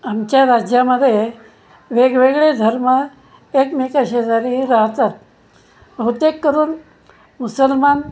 आमच्या राज्यामध्ये वेगवेगळे धर्म एकमेकाशेजारी राहतात बहुतेक करून मुसलमान